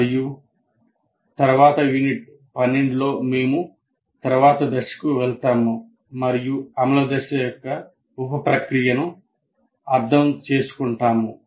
మరియు తరువాతి యూనిట్ 12 లో మేము తరువాతి దశకు వెళ్తాము మరియు అమలు దశ యొక్క ఉప ప్రక్రియను అర్థం చేసుకుంటాము